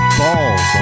balls